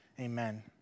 amen